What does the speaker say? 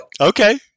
Okay